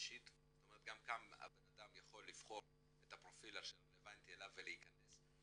זאת אומרת גם כאן האדם יכול לבחור את הפרופיל שרלבנטי אליו ולהיכנס,